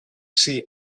see